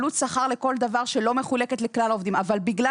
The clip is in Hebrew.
עלות שכר לכל דבר שלא מחולקת לכלל העובדים אבל בגלל